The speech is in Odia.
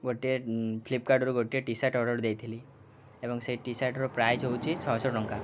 ଗୋଟିଏ ଫ୍ଲିପକାର୍ଟରୁ ଗୋଟିଏ ଟି ସାର୍ଟ ଅର୍ଡ଼ର୍ ଦେଇଥିଲି ଏବଂ ସେଇ ଟି ସାର୍ଟର ପ୍ରାଇସ୍ ହେଉଛି ଛଅ ଶହ ଟଙ୍କା